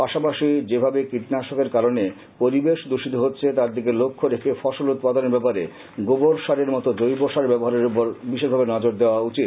পাশাপশি যেভাবে কীটনাশকের কারণে পরিবেশ দূষিত হচ্ছে তার দিকে লক্ষ্য রেখে উৎপাদনের ব্যাপারে গোবর সারের মত জৈব সারের ব্যবহারের উপর বিশেষভাবে নজর দেয়া উচিত